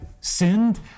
sinned